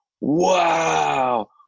wow